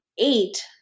eight